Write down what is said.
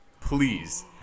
Please